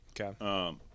Okay